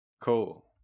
Cool